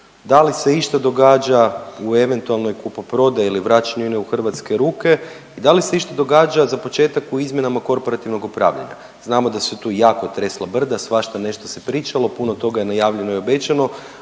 da li se išta događa u eventualnoj kupoprodaji ili vraćanju INE u hrvatske ruke i da li se išta događa za početak u izmjenama korporativnog upravljanja? Znamo da se tu jako tresla brda, svašta nešto se pričalo, puno toga je najavljeno i obećano,